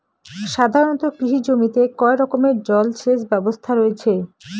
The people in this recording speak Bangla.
সাধারণত কৃষি জমিতে কয় রকমের জল সেচ ব্যবস্থা রয়েছে?